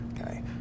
okay